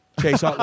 Chase